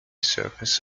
surface